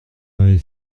m’avez